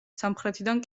სამხრეთიდან